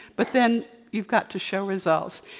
but then you've got to show results.